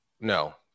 no